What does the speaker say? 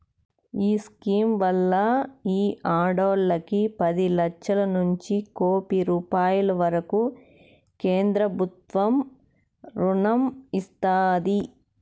ఈ స్కీమ్ వల్ల ఈ ఆడోల్లకి పది లచ్చలనుంచి కోపి రూపాయిల వరకూ కేంద్రబుత్వం రుణం ఇస్తాది